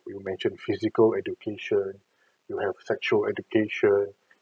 you mentioned physical education you have sexual education